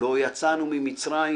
לא יצאנו ממצרים